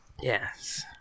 Yes